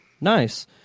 Nice